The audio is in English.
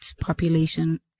population